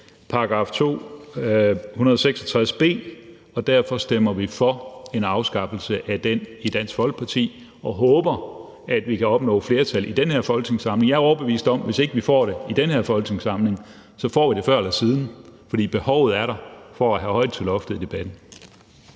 have § 266 b, og derfor stemmer vi for en afskaffelse af den i Dansk Folkeparti og håber, at vi kan opnå flertal i den her folketingssamling. Jeg er overbevist om, at hvis vi ikke får det i den her folketingssamling, får vi det før eller siden. For behovet for at have højt til loftet i debatten